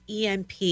EMP